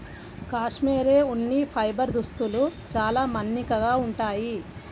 cashmere ఉన్ని fibre దుస్తులు చాలా మన్నికగా ఉంటాయి